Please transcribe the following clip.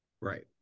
Right